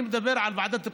אני מדבר על ועדת הפנים,